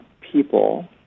people